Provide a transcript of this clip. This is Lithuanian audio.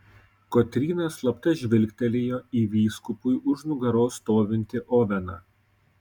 kotryna slapta žvilgtelėjo į vyskupui už nugaros stovintį oveną